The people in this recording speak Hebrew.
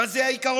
אבל זה העיקרון.